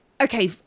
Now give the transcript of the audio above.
okay